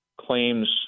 claims